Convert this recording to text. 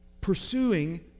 pursuing